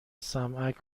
سمعک